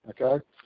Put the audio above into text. okay